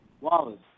Wallace